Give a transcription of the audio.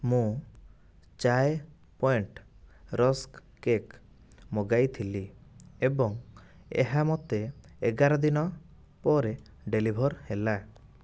ମୁଁ Chai Point rusk cake ମଗାଇଥିଲି ଏବଂ ଏହା ମୋତେ ଏଗାର ଦିନ ପରେ ଡେଲିଭର୍ ହେଲା